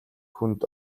хүнд